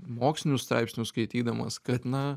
mokslinius straipsnius skaitydamas kad na